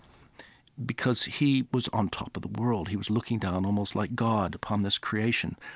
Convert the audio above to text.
because he was on top of the world. he was looking down almost like god upon this creation,